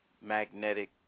magnetic